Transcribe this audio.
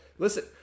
Listen